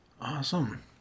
Awesome